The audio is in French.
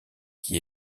qui